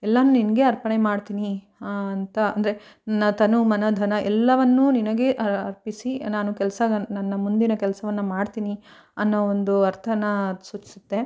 ಎಲ್ಲನೂ ನಿನಗೆ ಅರ್ಪಣೆ ಮಾಡ್ತೀನಿ ಹಾಂ ಅಂತ ಅಂದರೆ ನಾನು ತನು ಮನ ಧನ ಎಲ್ಲವನ್ನೂ ನಿನಗೆ ಅರ್ಪಿಸಿ ನಾನು ಕೆಲಸ ನನ್ನ ಮುಂದಿನ ಕೆಲಸವನ್ನ ಮಾಡ್ತೀನಿ ಅನ್ನೋ ಒಂದು ಅರ್ಥನ ಅದು ಸೂಚಿಸುತ್ತೆ